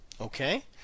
Okay